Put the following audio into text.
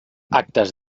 actes